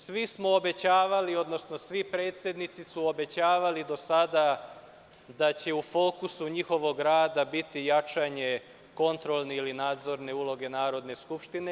Svi smo obećavali, odnosno svi predsednici su obećavali do sada da će u fokusu njihovog rada biti jačanje kontrolne ili nadzorne uloge Narodne skupštine.